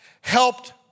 helped